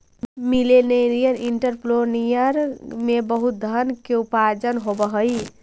millennial entrepreneur में बहुत धन के उपार्जन होवऽ हई